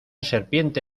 serpiente